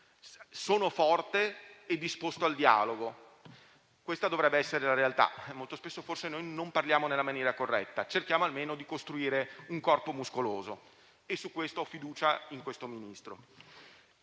sono forte e disposto al dialogo: questa dovrebbe essere la realtà, ma molto spesso forse non parliamo nella maniera corretta; cerchiamo almeno di costruire un corpo muscoloso. Su questo ho fiducia nel nostro Ministro.